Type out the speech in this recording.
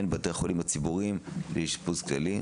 בתי החולים הציבוריים לאשפוז כללי.